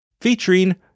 featuring